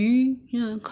or bake you know